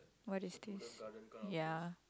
what is this ya